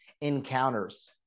encounters